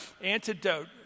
antidote